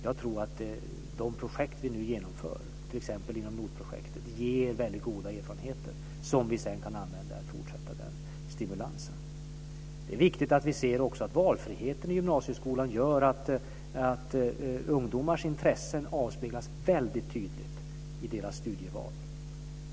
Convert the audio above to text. Jag tror att de projekt som vi nu genomför ger väldigt goda erfarenheter, som vi sedan kan använda för att fortsätta att stimulera. Det är viktigt att vi ser att valfriheten i gymnasieskolan gör att ungdomars intressen avspeglas väldigt tydligt i deras studieval.